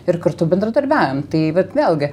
ir kartu bendradarbiaujam tai vat vėlgi